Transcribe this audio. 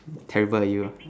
terrible you